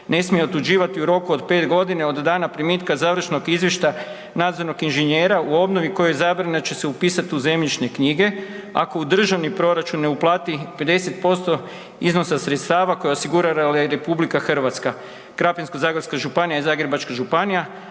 ne smije otuđivati u roku od 5 g. od dana primitka završnog izvještaja nadzornog inženjera u obnovi u kojoj je izabrano da će se upisati u zemljišne knjige ako u državni proračun ne uplati 50% iznosa sredstava koje je osigurala RH, Krapinsko-zagorska županija i Zagrebačka županija.